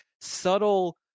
subtle